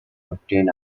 obtain